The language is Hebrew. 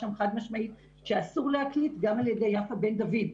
שם חד משמעית גם על ידי יפה בן דוד,